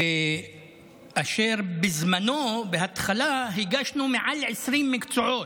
ואשר בזמני בהתחלה הגשנו מעל 20 מקצועות,